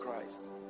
Christ